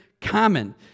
common